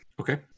okay